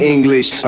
English